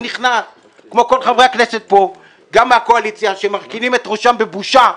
היא נכנעת כמו כל חברי הכנסת פה גם מהקואליציה שמרכינים את ראשם בבושה,